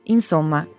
Insomma